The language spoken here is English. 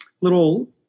little